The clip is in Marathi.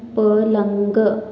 पलंग